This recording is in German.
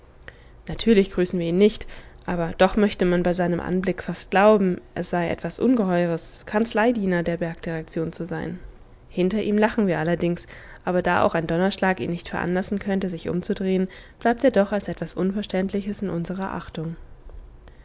natürlich grüßen wir ihn nicht aber doch möchte man bei seinem anblick fast glauben es sei etwas ungeheures kanzleidiener der bergdirektion zu sein hinter ihm lachen wir allerdings aber da auch ein donnerschlag ihn nicht veranlassen könnte sich umzudrehen bleibt er doch als etwas unverständliches in unserer achtung